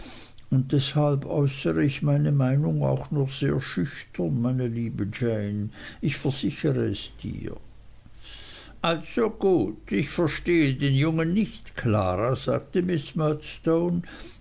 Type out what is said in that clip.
und deshalb äußere ich meine meinung auch nur sehr schüchtern meine liebe jane ich versichere es dir also gut ich verstehe den jungen nicht klara sagte miß